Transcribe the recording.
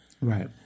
Right